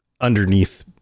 underneath